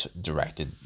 directed